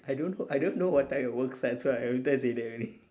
I don't know I don't know what type of work that's why every time I say that only